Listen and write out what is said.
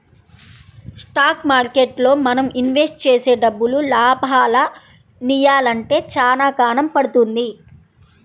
stock మార్కెట్టులో మనం invest చేసే డబ్బులు లాభాలనియ్యాలంటే చానా కాలం పడుతుంది